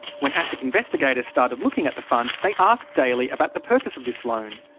when asic investigators started looking at the fund, they asked daly about the purpose of this loan.